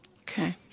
Okay